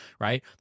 right